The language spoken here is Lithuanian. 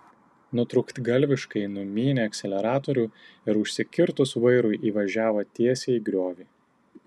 nutrūktgalviškai numynė akceleratorių ir užsikirtus vairui įvažiavo tiesiai į griovį